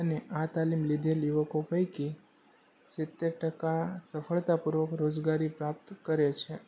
અને આ તાલીમ લીધેલ યુવકો પૈકી સિત્તેર ટકા સફળતાપૂર્વક રોજગારી પ્રાપ્ત કરે છે